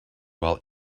while